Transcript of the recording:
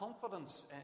confidence